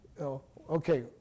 Okay